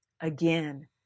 Again